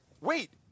Wait